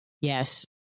Yes